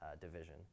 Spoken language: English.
division